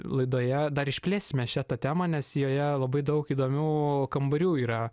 laidoje dar išplėsime šią tą temą nes joje labai daug įdomių kambarių yra